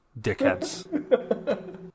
Dickheads